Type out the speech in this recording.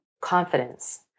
confidence